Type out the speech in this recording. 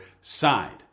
side